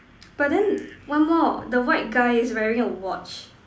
but then one more the white guy is wearing a watch